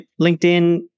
LinkedIn